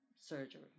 surgery